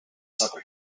subway